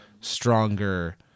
stronger